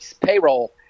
payroll